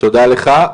תודה לך.